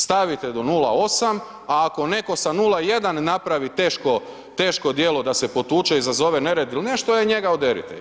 Stavite do 0,8, a ako netko sa 0,1, napravi teško, teško djelo da se potuče, izazove nered il nešto, e njega oderite.